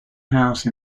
house